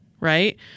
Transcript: right